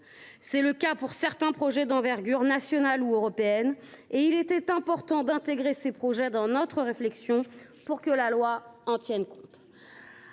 C’est le cas de certains projets d’envergure nationale ou européenne, qu’il était important d’intégrer dans notre réflexion pour que la loi en tienne compte.